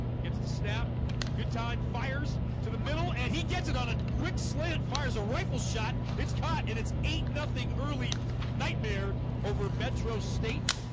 gets the snap good time fires to the middle and he gets it on a quick slant fires a rifle shot it's caught and it's eight nothing early nightmare over metro state